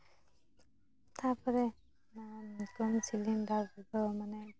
ᱛᱟᱯᱚᱨᱮ ᱦᱚᱯᱚᱱ ᱥᱤᱞᱤᱱᱰᱟᱨ ᱨᱮᱫᱚ ᱢᱟᱱᱮ